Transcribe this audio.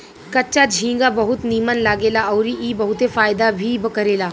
कच्चा झींगा बहुत नीमन लागेला अउरी ई बहुते फायदा भी करेला